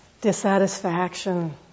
Dissatisfaction